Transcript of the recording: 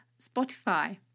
Spotify